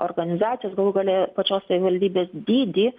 organizacijas galų gale pačios savivaldybės dydį